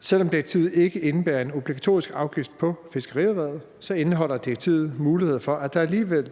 Selv om direktivet ikke indebærer en obligatorisk afgift på fiskerierhvervet, indeholder direktivet mulighed for, at der alligevel